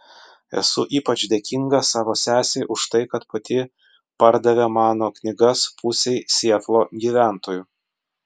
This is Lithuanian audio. esu ypač dėkinga savo sesei už tai kad pati pardavė mano knygas pusei sietlo gyventojų